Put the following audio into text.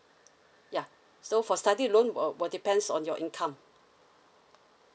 ya so for study loan will will depends on your income